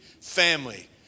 family